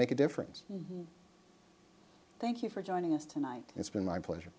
make a difference thank you for joining us tonight it's been my pleasure